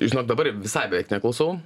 žinok dabar visai beveik neklausau